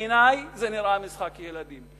בעיני זה נראה משחק ילדים.